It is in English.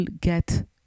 get